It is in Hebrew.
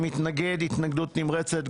אני מתנגד התנגדות נמרצת.